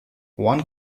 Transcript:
one